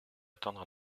attendre